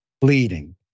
bleeding